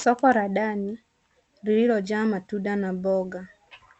Soko la ndani lililojaa matunda na mboga.